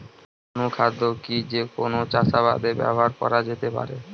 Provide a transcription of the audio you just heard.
অনুখাদ্য কি যে কোন চাষাবাদে ব্যবহার করা যেতে পারে?